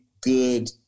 good